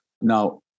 Now